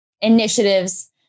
initiatives